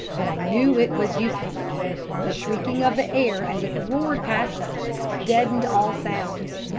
but i knew it was useless the shrieking of the air as it roared past us deadened all sounds.